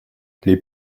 les